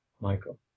Michael